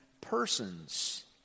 persons